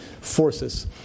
forces